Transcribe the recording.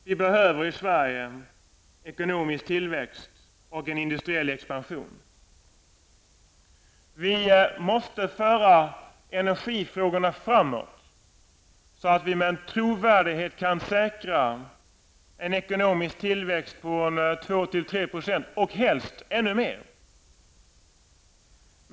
Vi behöver i Sverige ekonomisk tillväxt och en industriell expansion. Vi måste föra energifrågorna framåt, så att vi med trovärdighet kan säkra en ekonomisk tillväxt på 2-- 3 %, och helst ännu mer.